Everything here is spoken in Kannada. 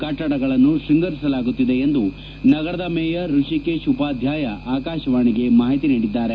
ಕಟ್ವಡಗಳನ್ನು ಶೃಂಗರಿಸಲಾಗುತ್ತಿದೆ ಎಂದು ನಗರದ ಮೇಯರ್ ರಿಷಿಕೇಶ್ ಉಪಾದ್ಯಾಯ ಆಕಾಶವಾಣಿಗೆ ಮಾಹಿತಿ ನೀಡಿದ್ದಾರೆ